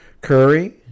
Curry